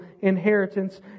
inheritance